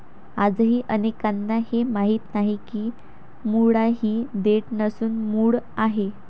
आजही अनेकांना हे माहीत नाही की मुळा ही देठ नसून मूळ आहे